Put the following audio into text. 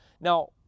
Now